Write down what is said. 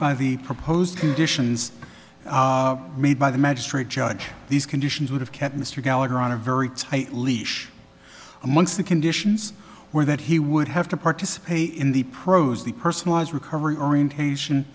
by the proposed conditions made by the magistrate judge these conditions would have kept mr gallagher on a very tight leash amongst the conditions were that he would have to participate in the pros the personalized recovery orientation